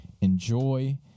Enjoy